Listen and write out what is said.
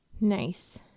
Nice